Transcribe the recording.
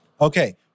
Okay